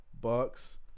Bucks